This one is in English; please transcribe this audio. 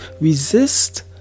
resist